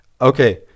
Okay